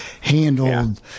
handled